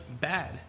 bad